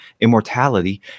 immortality